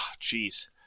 jeez